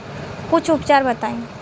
कुछ उपचार बताई?